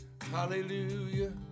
Hallelujah